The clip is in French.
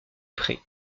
près